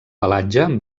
pelatge